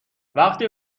وقتی